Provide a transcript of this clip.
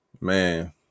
Man